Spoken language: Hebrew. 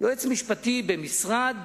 יועץ משפטי במשרד